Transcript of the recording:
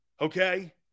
okay